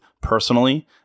personally